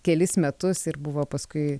kelis metus ir buvo paskui